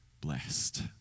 blessed